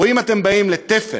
או אם אתם באים לתפן,